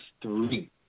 three